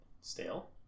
Stale